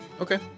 Okay